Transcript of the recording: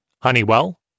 Honeywell